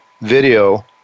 video